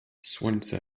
słońce